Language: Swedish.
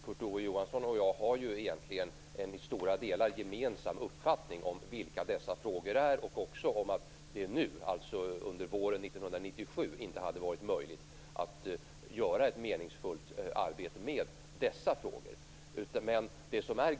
Kurt Ove Johansson och jag har egentligen i stora delar en gemensam uppfattning om vilka dessa frågor är liksom även om att det under våren 1997 inte hade varit möjligt att utföra ett meningsfullt arbete i dessa frågor.